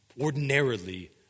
ordinarily